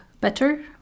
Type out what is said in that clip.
better